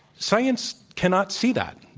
science cannot see that,